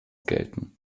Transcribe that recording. gelten